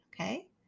Okay